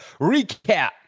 recap